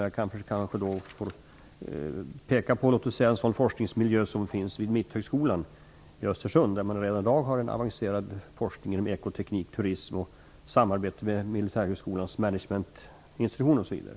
Jag kan peka på en sådan miljö som finns vid Mitthögskolan i Östersund. Där har man redan i dag en avancerad forskning inom ekotekniken och turismen, och man har ett samarbete med Militärhögskolans managementinstitution osv.